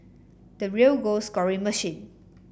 the real goal scoring machine